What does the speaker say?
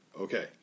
Okay